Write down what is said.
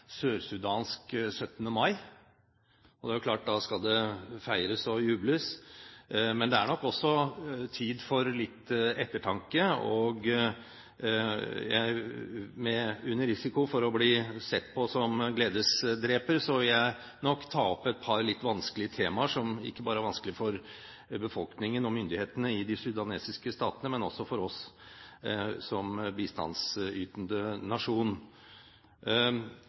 sørsudansk 17. mai. Det er klart at da skal det feires og jubles. Men det er nok også tid for litt ettertanke. Under risiko for å bli sett på som gledesdreper vil jeg ta opp et par vanskelige temaer, som ikke bare er vanskelige for befolkningen og myndighetene i de sudanske statene, men også for oss som bistandsytende nasjon.